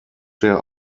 der